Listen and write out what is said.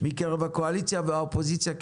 מקרב הקואליציה והאופוזיציה כאחד,